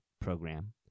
program